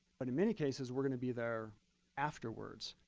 but in many cases, we're going to be there afterwards.